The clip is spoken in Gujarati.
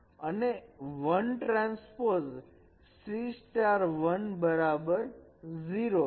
અને 1 ટ્રાન્સપોઝ C સ્ટાર 1 બરાબર 0 છે